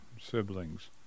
siblings